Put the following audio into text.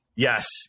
Yes